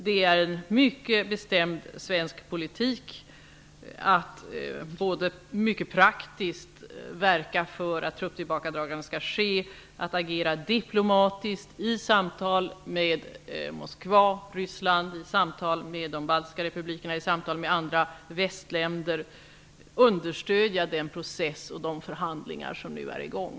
Det är en mycket bestämd svensk politik att mycket praktiskt verka för att trupptillbakadragande skall ske, att agera diplomatiskt i samtal med Moskva, Ryssland, i samtal med de baltiska republikerna och i samtal med andra västländer och att också understödja den process och de förhandlingar som nu är i gång.